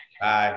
Bye